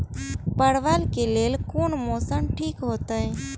परवल के लेल कोन मौसम ठीक होते?